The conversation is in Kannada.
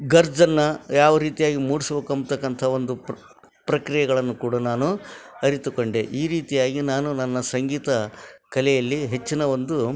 ಗರ್ಜನ್ನು ಯಾವ ರೀತಿಯಾಗಿ ಮೂಡ್ಸ್ಬಕ್ ಅಂತಕ್ಕಂಥ ಒಂದು ಪರ್ ಪ್ರಕ್ರಿಯೆಗಳನ್ನು ಕೂಡ ನಾನು ಅರಿತುಕೊಂಡೆ ಈ ರೀತಿಯಾಗಿ ನಾನು ನನ್ನ ಸಂಗೀತ ಕಲೆಯಲ್ಲಿ ಹೆಚ್ಚಿನ ಒಂದು